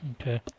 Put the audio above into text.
Okay